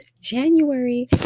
January